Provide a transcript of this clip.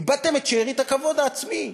איבדתם את שארית הכבוד העצמי,